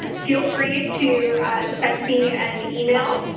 feel free to send me an email,